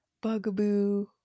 Bugaboo